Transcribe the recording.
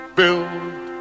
build